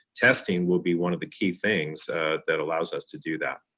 testing will be one of the key things that allows us to do that.